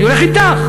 אני הולך אתך.